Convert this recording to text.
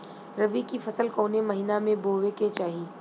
रबी की फसल कौने महिना में बोवे के चाही?